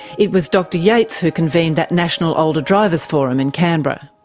it was dr yates who convened that national older drivers' forum in canberra.